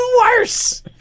worse